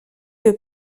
que